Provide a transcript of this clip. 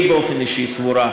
היא באופן אישי סבורה,